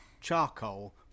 charcoal